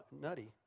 nutty